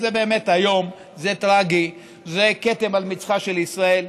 זה איום, זה טרגי, זה כתם על מצחה של ישראל.